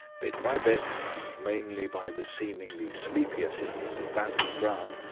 bit by bit, and mainly by the seemingly sleepy assistance of basil grant,